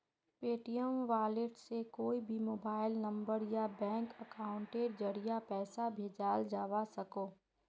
Paytm wallet से कोए भी मोबाइल नंबर या बैंक अकाउंटेर ज़रिया पैसा भेजाल जवा सकोह